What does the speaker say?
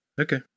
okay